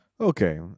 Okay